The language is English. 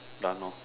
done hor